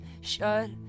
shut